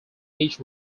each